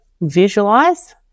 visualize